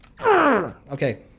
Okay